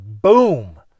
boom